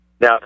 Now